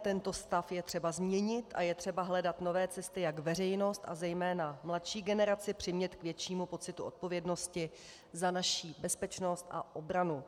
Tento stav je třeba změnit a je třeba hledat nové cesty, jak veřejnost a zejména mladší generaci přimět k většímu pocitu odpovědnosti za naši bezpečnost a obranu.